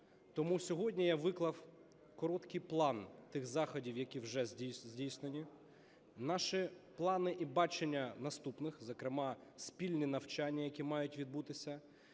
Тому сьогодні я виклав короткий план тих заходів, які вже здійснені, наші плани і бачення наступних, зокрема спільні навчання, які мають відбутися.